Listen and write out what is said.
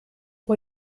vor